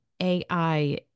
AI